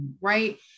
right